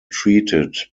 treated